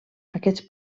aquests